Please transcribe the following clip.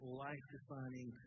life-defining